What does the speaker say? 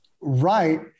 right